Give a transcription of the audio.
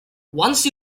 once